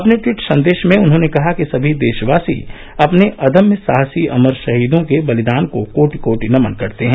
अपने ट्वीट संदेश में उन्होंने कहा कि सभी देशवासी अपने अदम्य साहसी अमर शहीदों के बलिदान को कोटि कोटि नमन करते हैं